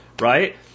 right